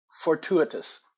fortuitous